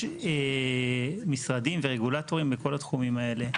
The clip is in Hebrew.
יש משרדים ורגולטורים לכל התחומים האלה.